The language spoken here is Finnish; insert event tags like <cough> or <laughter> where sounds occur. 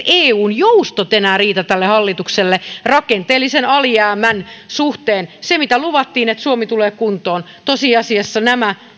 <unintelligible> eun joustot eivät enää riitä tälle hallitukselle rakenteellisen alijäämän suhteen luvattiin että suomi tulee kuntoon mutta tosiasiassa nämä